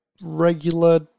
regular